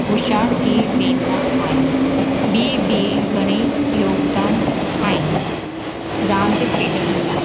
हुशियारु थी वेंदा आहिनि ॿी बि घणई योगदान आहिनि रांदि खेॾण जा